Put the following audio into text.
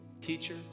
teacher